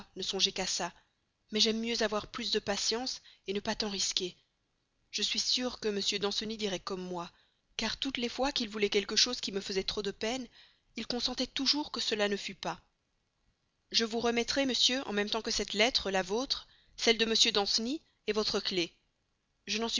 ne songer qu'à ça mais j'aime mieux avoir plus de patience ne pas tant risquer je suis sûre que m danceny dirait comme moi car toutes les fois qu'il voulait quelque chose qui me faisait trop de peine il consentait toujours que cela ne fût pas je vous remettrai monsieur en même temps que cette lettre la vôtre celle de m danceny votre clef je